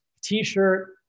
t-shirt